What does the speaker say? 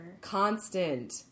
Constant